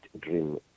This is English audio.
dream